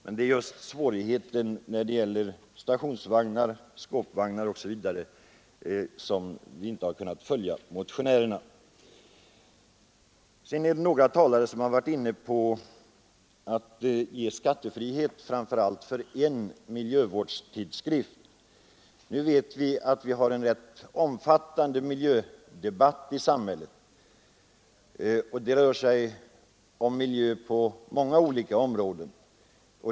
Men det är just svårigheterna när det gäller stationsvagnar, skåpvagnar osv. som gör att vi inte har kunnat följa motionären. Några ledamöter har varit inne på att man skulle ge skattefrihet framför allt åt en miljövårdstidskrift. Nu vet vi att det förs en rätt omfattande miljödebatt i samhället, och den rör sig om miljön på många olika områden.